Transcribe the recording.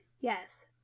Yes